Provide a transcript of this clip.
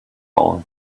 all